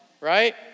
right